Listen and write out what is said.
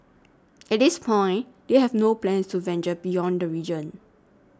at this point they have no plans to venture beyond the region